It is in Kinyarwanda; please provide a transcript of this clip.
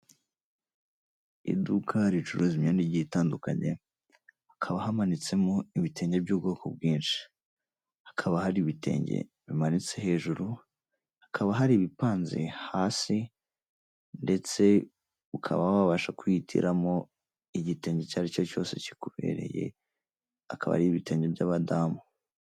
Iduka ricuruza imyenda igiye itandukanye. Hakaba hamanitsemo ibitenge by'ubwoko bwinshi, hakaba hari ibitenge bimanitse hejuru, hakaba hari ibipanze hasi ndetse ukaba wabasha kwihitiramo igitenge icyo ari cyo cyose kikubereye akaba ari ibitenge by'abadamu.